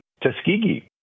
Tuskegee